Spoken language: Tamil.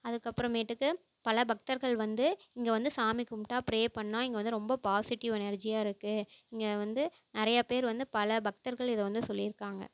அதுக்கப்பறமேட்டுக்கு பல பக்தர்கள் வந்து இங்கே வந்து சாமி கும்பிட்டா ப்ரே பண்ணிணா இங்கே வந்து ரொம்ப பாசிட்டிவ் எனர்ஜியாக இருக்கும் இங்கே வந்து நிறைய பேர் வந்து பல பக்தர்கள் இதை வந்து சொல்லியிருக்காங்க